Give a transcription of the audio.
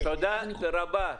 תודה רבה.